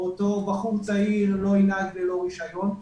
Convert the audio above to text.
ואותו בחור צעיר לא ינהג ללא רישיון,